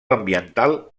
ambiental